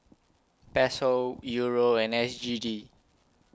Peso Euro and S G D